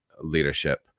leadership